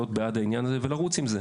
בעד העניין הזה ולאפשר לכולם לרוץ עם זה.